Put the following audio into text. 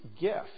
gift